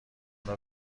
اونو